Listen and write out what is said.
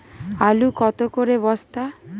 আলু কত করে বস্তা?